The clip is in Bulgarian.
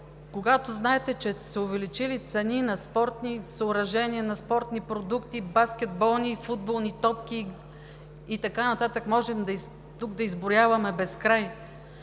А знаете, че са се увеличили цените на спортни съоръжения, на спортни продукти, баскетболни и футболни топки и така нататък, може да изброяваме безкрай.